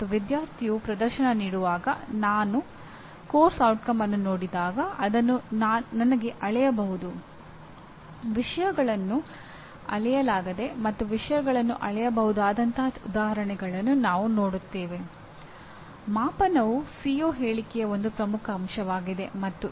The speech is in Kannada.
ಮತ್ತು ಕಲಿಯುವವರ ನಡುವೆ ಸಂವಹನ ನಡೆಸಲು ನಮಗೆ ಕೆಲವು ರೀತಿಯ ಭಾಷೆ ಬೇಕಾಗುತ್ತದೆ ಮತ್ತು ಅಲ್ಲಿಯೇ ನಾವು ಪ್ರವರ್ಗದ ಎಂದು ಕರೆಯಲಾಗುತ್ತದೆ